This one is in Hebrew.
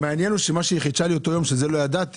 היא חידשה לי באותו יום, ואת זה לא ידעתי,